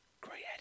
Great